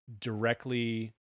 directly